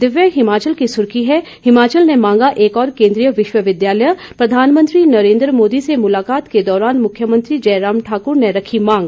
दिव्य हिमाचल की सुर्खी है हिमाचल ने मांगा एक और केंद्रीय विश्वविद्यालय प्रधानमंत्री नरेंद्र मोदी से मुलाकात के दौरान मुख्यमंत्री जयराम ठाक्र ने रखी मांग